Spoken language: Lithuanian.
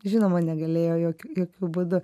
žinoma negalėjo jok jokiu būdu